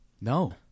No